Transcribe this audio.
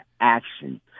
action